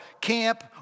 camp